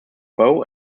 bow